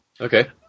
Okay